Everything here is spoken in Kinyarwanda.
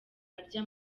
arya